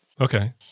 Okay